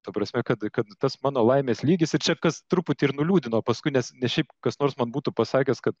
ta prasme kad kad tas mano laimės lygis ir čia kas truputį ir nuliūdino paskui nes ne šiaip kas nors man būtų pasakęs kad